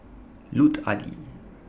Lut Ali